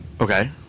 Okay